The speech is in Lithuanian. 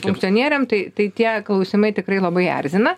funkcionieriam tai tai tie klausimai tikrai labai erzina